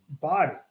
body